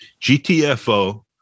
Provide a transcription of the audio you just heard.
GTFO